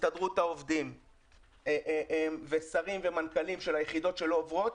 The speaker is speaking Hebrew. הסתדרות העובדים ושרים ומנכ"לים של היחידות שלא עוברות,